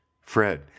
Fred